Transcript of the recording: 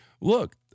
look